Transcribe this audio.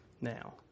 now